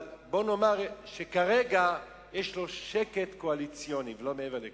אבל נניח שכרגע יש לו שקט קואליציוני ולא מעבר לכך,